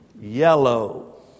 yellow